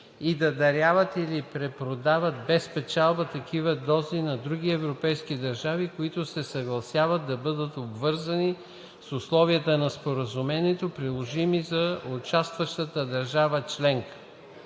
и да даряват или препродават без печалба такива дози на други европейски държави, които се съгласяват да бъдат обвързани с условията на Споразумението, приложими за участваща държава членка.